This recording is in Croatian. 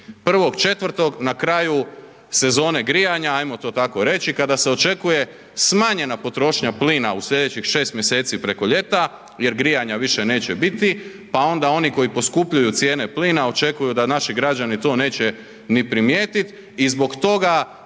1.4. na kraju sezone grijanja ajmo to tako reći, kada se očekuje smanjena potrošnja plina u slijedećih 6 mj. preko ljeta jer grijanja više neće biti pa onda oni koji poskupljuju cijene plina očekuju da naši građani to neće ni primijetiti i zbog toga